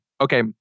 Okay